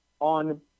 on